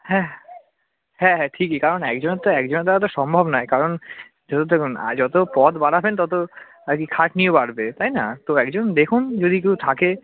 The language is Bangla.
হ্যাঁ হ্যাঁ হ্যাঁ ঠিকই কারণ একজন তো একজনের দ্বারা তো সম্ভব নয় কারণ দেখুন যতো পদ বাড়াবেন তত আর কি খাটনিও বাড়বে তাই না তো একজন দেখুন যদি কেউ থাকে